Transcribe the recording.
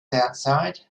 outside